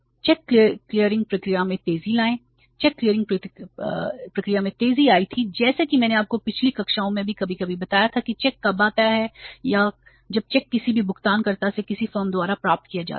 check clearing प्रक्रिया में तेजी लाएं चेक क्लियरिंग प्रक्रिया में तेजी आई थी जैसा कि मैंने आपको पिछली कक्षाओं में भी कभी कभी बताया था कि चेक कब आता है या जब चेक किसी भी भुगतानकर्ता से किसी फर्म द्वारा प्राप्त किया जाता है